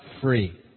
free